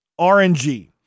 RNG